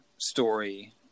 story